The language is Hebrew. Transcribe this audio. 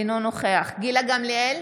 אינו נוכח גילה גמליאל,